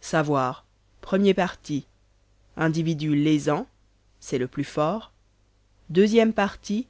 savoir o parti individus lésans c'est le plus fort o parti